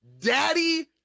daddy